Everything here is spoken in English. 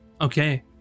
Okay